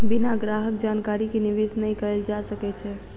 बिना ग्राहक जानकारी के निवेश नै कयल जा सकै छै